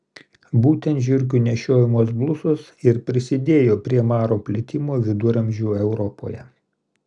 būtent žiurkių nešiojamos blusos ir prisidėjo prie maro plitimo viduramžių europoje